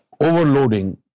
overloading